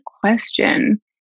question